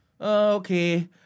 okay